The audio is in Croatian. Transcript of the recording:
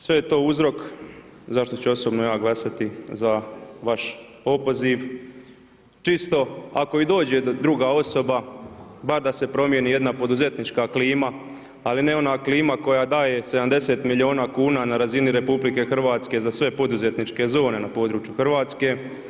Sve je to uzrok zašto ću ja osobno glasati za vaš opoziv, čisto ako i dođe druga osoba, bar da se promijeni jedna poduzetnička klima ali ne ona klima koja daje 70 milijuna kuna na razini RH za sve poduzetničke zone na području Hrvatske.